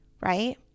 right